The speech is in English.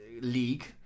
league